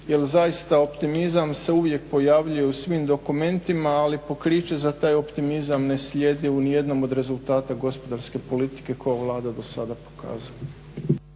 jer zaista optimizam se uvijek pojavljuje u svim dokumentima, ali pokriće za taj optimizam ne slijedi u nijednom od rezultata gospodarske politike koju je Vlada do sada pokazala.